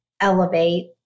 elevate